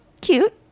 cute